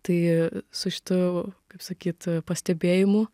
tai su šitu kaip sakyt pastebėjimu